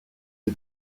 des